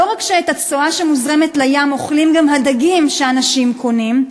לא רק שאת הצואה שמוזרמת לים אוכלים גם הדגים שאנשים קונים,